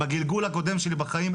בגלגול הקודם שלי בחיים,